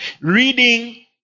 reading